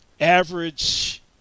average